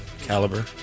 Caliber